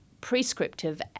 prescriptive